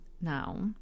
now